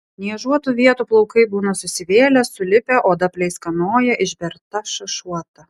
niežuotų vietų plaukai būna susivėlę sulipę oda pleiskanoja išberta šašuota